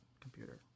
computer